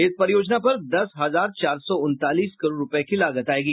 इस परियोजना पर दस हजार चार सौ उनतालीस करोड़ रूपये की लागत आयेगी